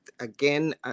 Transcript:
Again